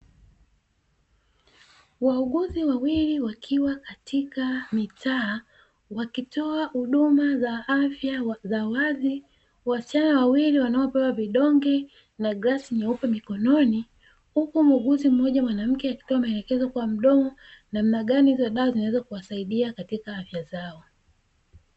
Wauguzi wawili wakiwa katika mitaa, wakitoa huduma za afya za wazi wasichana wawili wanaopewa vidonge na glasi nyeupe mikononi, huku muuguzi mmoja mwanamke akitoa maelekezo namna gani dawa hizo zinaweza kuwasadia katika afya zao.